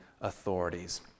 authorities